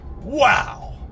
Wow